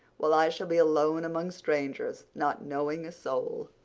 while i shall be alone among strangers, not knowing a soul!